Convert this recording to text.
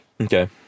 Okay